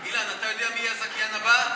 אילן, אתה יודע מי יהיה הזכיין הבא?